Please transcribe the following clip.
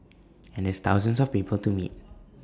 and there's thousands of people to meet